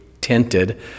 tinted